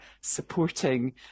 supporting